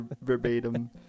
verbatim